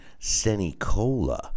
Senicola